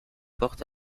portes